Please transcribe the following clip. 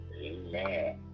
amen